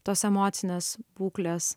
tos emocinės būklės